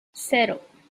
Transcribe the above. cero